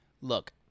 look